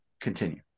continue